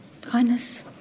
Kindness